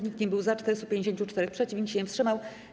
Nikt nie był za, 454 - przeciw, nikt się nie wstrzymał.